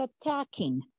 attacking